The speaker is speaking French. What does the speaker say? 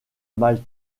malte